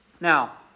Now